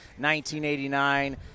1989